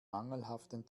mangelhaften